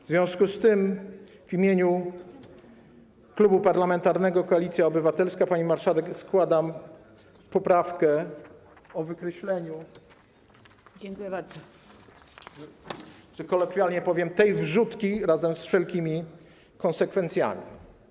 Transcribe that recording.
W związku z tym w imieniu Klubu Parlamentarnego Koalicja Obywatelska, pani marszałek, składam poprawkę dotyczącą wykreślenia, kolokwialnie powiem, tej wrzutki razem ze wszelkimi konsekwencjami.